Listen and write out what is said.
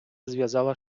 зв’язала